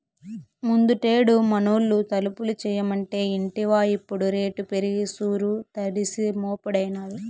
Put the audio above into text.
ముందుటేడు మనూళ్లో తలుపులు చేయమంటే ఇంటివా ఇప్పుడు రేటు పెరిగి సూరు తడిసి మోపెడైనాది